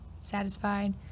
satisfied